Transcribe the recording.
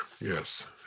yes